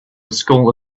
school